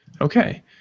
Okay